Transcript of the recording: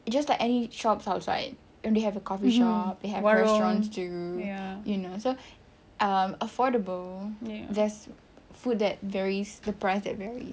just like any shops outside you know they have a coffee shop they have one restaurant too you know so um affordable there's food that vary the price that varies